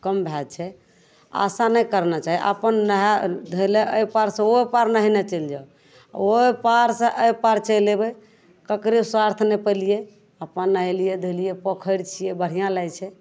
कम धार छै आशा नहि करना चाही अपन नहाय धैयने एहिपार से ओहिपार नहैने चैलि जाउ ओहिपार सऽ एहिपार चैलि आयबै ककरे स्वार्थ नहि पैलियै अपन नहैलियै धोलियै पोखरि छियै बढ़िऑं लगै छै